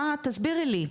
מה תסבירי לי.